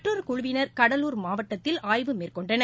மற்றொரு குழுவினர் கடலூர் மாவட்டத்தில் ஆய்வு மேற்கொண்டனர்